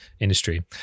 industry